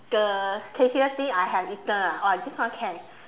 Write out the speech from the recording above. the tastiest thing I have eaten ah oh this one can